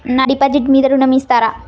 నా డిపాజిట్ మీద ఋణం ఇస్తారా?